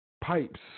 pipes